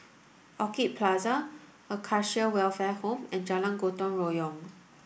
Orchid Plaza Acacia Welfare Home and Jalan Gotong Royong